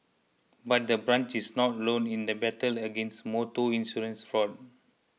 but the branch is not alone in the battle against motor insurance fraud